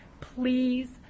please